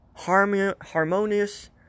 harmonious